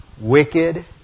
wicked